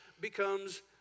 becomes